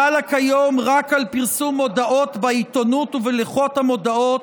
החלה כיום רק על פרסום מודעות בעיתונות ובלוחות המודעות,